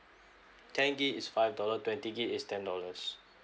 ten G_B is five dollar twenty G_B is ten dollars